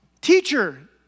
Teacher